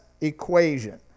equation